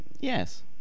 Yes